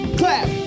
clap